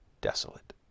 desolate